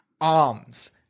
arms